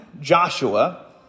Joshua